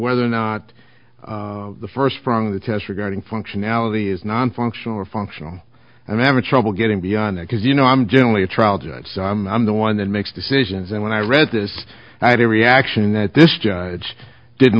whether or not the first prong of the test regarding functionality is nonfunctional or functional i'm having trouble getting beyond that because you know i'm generally a trial judge so i'm the one that makes decisions and when i read this i had a reaction that this judge didn't